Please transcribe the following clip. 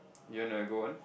you wanna go on